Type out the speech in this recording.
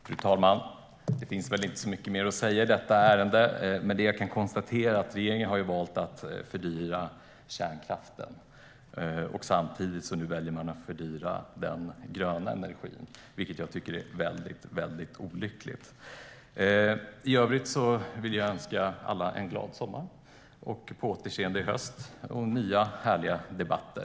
Fru talman! Det finns inte så mycket mer att säga i detta ärende. Men jag kan konstatera att regeringen har valt att fördyra kärnkraften. Samtidigt väljer man att nu fördyra den gröna energin, vilket jag tycker är väldigt olyckligt. I övrigt vill jag önska alla en glad sommar och på återseende i höst för nya härliga debatter.